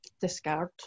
discard